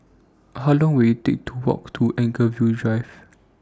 How Long Will IT Take to Walk to Anchorvale Drive